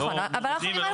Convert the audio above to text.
לא מורידים ולא